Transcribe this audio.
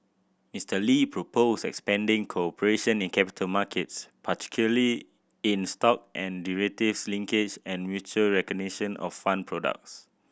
Mister Lee proposed expanding cooperation in capital markets particularly in stock and derivatives linkages and mutual recognition of fund products